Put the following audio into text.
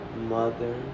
Mother